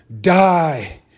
die